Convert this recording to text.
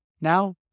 Now